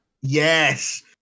Yes